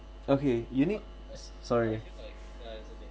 okay you need s~ sorry